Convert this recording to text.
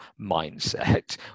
mindset